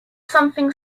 something